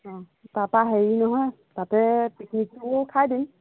অঁ তাপা হেৰি নহয় তাতে পিকনিকটোও খাই দিম